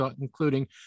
including